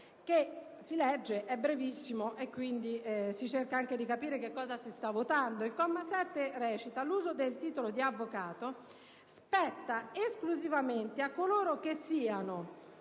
come segue: «L'uso del titolo di avvocato spetta esclusivamente a coloro che siano